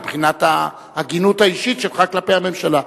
מבחינת ההגינות האישית שלך כלפי הממשלה.